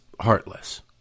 heartless